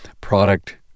product